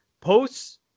posts